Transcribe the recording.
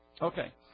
Okay